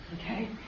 Okay